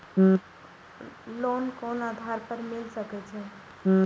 Loan कोन आधार पर मिल सके छे?